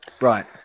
Right